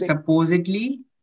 Supposedly